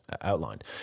outlined